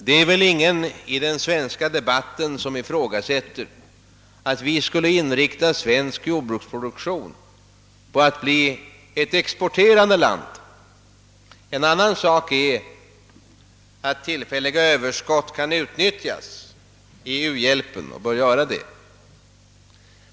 Det är väl ingen i den svenska debatten som ifrågasätter att svensk jordbruksproduktion skulle inriktas på att Sverige skulle bli ett exporterande land. En annan sak är att tillfälliga Ööverskott kan utnyttjas i u-hjälpen och bör göra det.